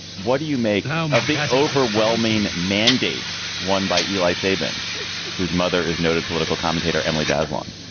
what do you make um of the overwhelming mandate won by eli fabian whose mother is noted political commentator emily bazelon.